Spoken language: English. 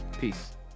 Peace